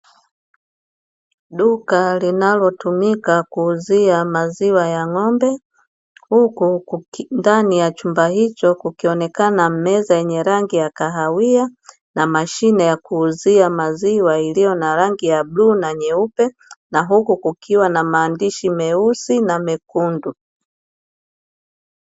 Duka linalotumika kuuzia maziwa ya ng'ombe ndani ya chumba hiko kukionekana meza yenye rangi ya kahawia na mashine ya kuuzia maziwa iliyo na rangi ya bluu na nyeupe, na huku kukiwa na maandishi meusi na mekundu.